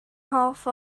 hoff